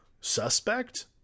suspect